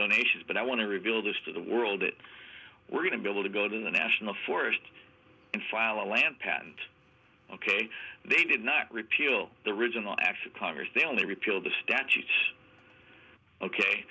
donations but i want to reveal this to the world that we're going to be able to go in the national forest and file a land patent ok they did not repeal the original acts of congress they only repealed the statutes ok